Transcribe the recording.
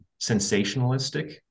sensationalistic